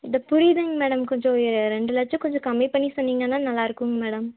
அது புரியுதுங்க மேடம் கொஞ்சம் ரெண்டு லட்சம் கொஞ்சம் கம்மி பண்ணி சொன்னீங்கன்னால் நல்லாயிருக்குங்க மேடம்